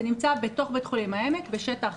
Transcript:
זה נמצא בתוך בית החולים העמק, בשטח